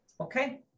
Okay